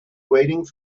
waiting